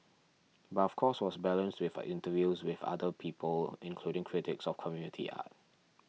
but of course was balanced with interviews with other people including critics of community art